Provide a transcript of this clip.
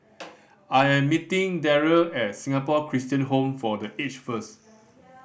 I am meeting Darryll at Singapore Christian Home for The Aged first